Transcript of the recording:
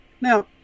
Now